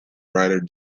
writer